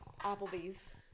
Applebee's